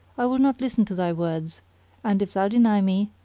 i will not listen to thy words and, if thou deny me,